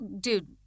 dude